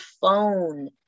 phone